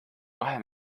kahe